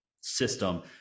system